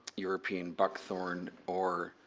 european buck thorn or